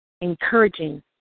Encouraging